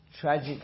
tragic